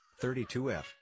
32f